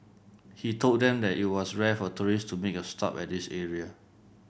he told them that it was rare for tourists to make a stop at this area